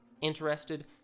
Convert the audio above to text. interested